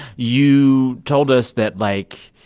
you told us that, like,